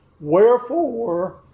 wherefore